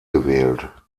gewählt